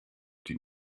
die